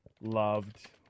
loved